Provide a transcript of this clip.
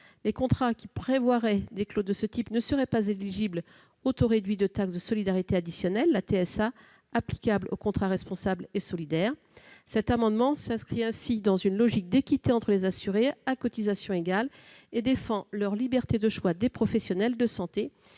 Les contrats qui prévoiraient des clauses de ce type ne seraient pas éligibles au taux réduit de taxe de solidarité additionnelle applicable aux contrats responsables et solidaires. Cet amendement s'inscrit dans une logique d'équité entre les assurés, à cotisation égale, et vise à défendre leur liberté de choisir leurs professionnels de santé.